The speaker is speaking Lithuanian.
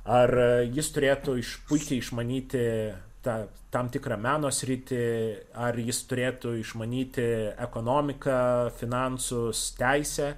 ar jis turėtų iš puikiai išmanyti tą tam tikrą meno sritį ar jis turėtų išmanyti ekonomiką finansus teisę